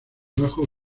bajo